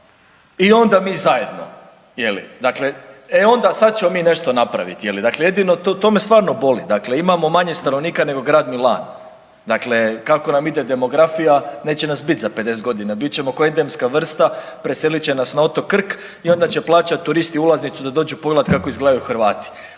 i onda mi zajedno. Je li? Dakle, e onda sada ćemo mi nešto napraviti, je li? Dakle, jedino to me stvarno boli. Dakle, imamo manje stanovnika nego grad Milano. Dakle kako nam ide demografija neće nas biti za 50 godina. Bit ćemo kao endemska vrsta, preselit će nas na otok Krk i onda će plaćati turisti ulaznicu da dođu pogledati kako izgledaju Hrvati.